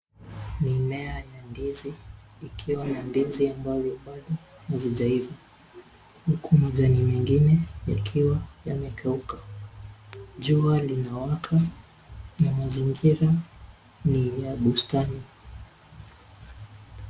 Mimea ya ndizi ikiwa na ndizi ambazo bado hazijaiva, huku majani mwengine yakiwa yamekauka. Jua limewaka na mazingira ni ya bustani.